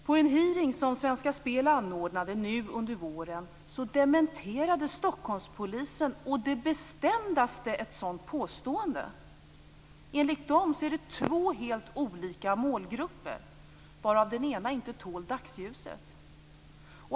På en hearing, som Svenska Spel anordnade nu under våren, dementerade Stockholmspolisen å det bestämdaste ett sådant påstående. Enligt dem är det fråga om två helt olika målgrupper, varav den ena inte tål dagsljus.